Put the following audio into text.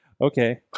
Okay